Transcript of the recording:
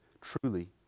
truly